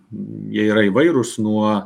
jie yra įvairūs nuo